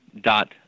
dot